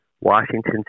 Washington